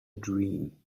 dream